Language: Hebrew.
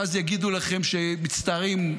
ואז יגידו לכם: מצטערים,